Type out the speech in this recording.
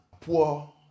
poor